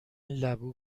لبو